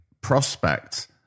prospect